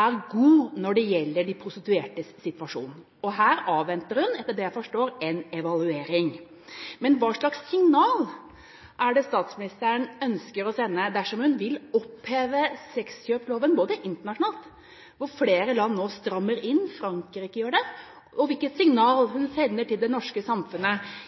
er god når det gjelder prostituertes situasjon. Her avventer hun, etter det jeg forstår, en evaluering. Dersom statsministeren vil oppheve sexkjøpsloven, hva slags signal er det hun ønsker å sende internasjonalt, hvor flere land nå strammer inn – Frankrike gjør det – og hvilket signal sender hun til det norske samfunnet,